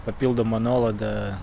papildomą nuolaidą